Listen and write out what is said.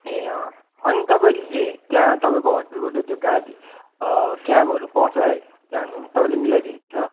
ए अँ अनि तपाईँले त्यहाँ तपाईँको होटलको त्यो गाडी क्याबहरू पाउँछ है जानु तपाईँले मिलाइ दिनुहुन्छ